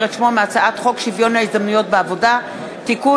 את שמו מהצעת חוק שוויון ההזדמנויות בעבודה (תיקון,